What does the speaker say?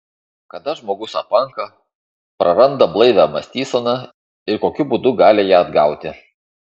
kada žmogus apanka praranda blaivią mąstyseną ir kokiu būdu gali ją atgauti